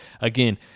again